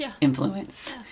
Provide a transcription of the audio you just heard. influence